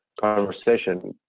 conversation